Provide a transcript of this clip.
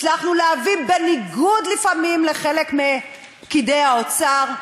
הצלחנו להביא, בניגוד, לפעמים, לחלק מפקידי האוצר,